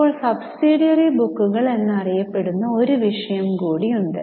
ഇപ്പോൾ സബ്സിഡിയറി ബുക്കുകൾ എന്നറിയപ്പെടുന്ന ഒരു വിഷയം കൂടി ഉണ്ട്